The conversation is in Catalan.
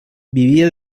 vivia